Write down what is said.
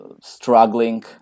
struggling